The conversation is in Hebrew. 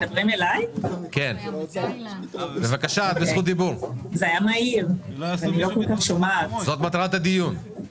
אבל חייבים לזכור את הנשים שתיפגענה מזה ואני חושבת שאין מחלוקת שתהיה